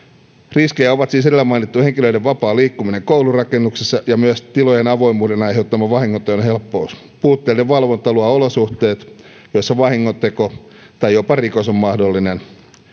riskejä ovat siis edellä mainittujen henkilöiden vapaa liikkuminen koulurakennuksessa ja myös tilojen avoimuuden aiheuttama vahingonteon helppous puutteellinen valvonta luo olosuhteet joissa vahingonteko tai jopa rikos on mahdollinen